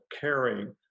caring